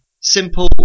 simple